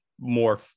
more